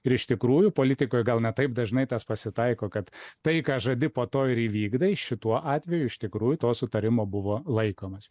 ir iš tikrųjų politikoj gal ne taip dažnai tas pasitaiko kad tai ką žadi po to ir įvykdai šituo atveju iš tikrųjų to sutarimo buvo laikomasi